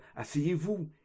asseyez-vous